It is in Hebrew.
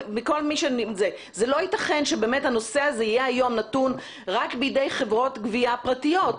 זה לא יתכן שהנושא הזה יהיה היום נתון רק בידי חברות גבייה פרטיות,